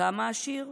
כמה עשיר?